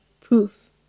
proof